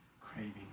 Craving